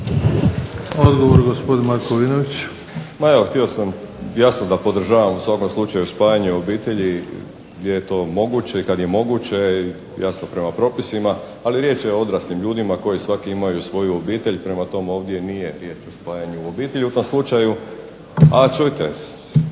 Odgovor, gospodin Markovinović.